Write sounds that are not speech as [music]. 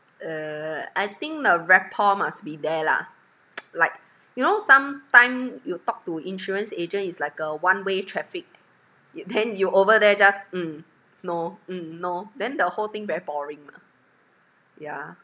uh I think the rapport must be there lah [noise] like you know some time you talk to insurance agent is like a one way traffic then you over there just mm no mm no then the whole thing very boring mah yeah